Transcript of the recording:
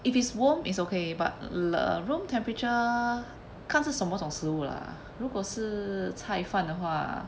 if it's warm is okay but 冷 room temperature 看是什么种食物啦如果是菜饭的话